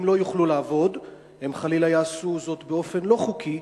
אם הם לא יוכלו לעבוד הם חלילה יעשו זאת באופן לא חוקי,